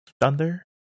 thunder